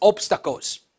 obstacles